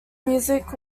music